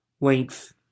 length